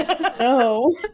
No